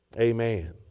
Amen